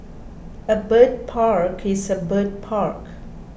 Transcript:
a bird park is a bird park